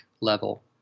level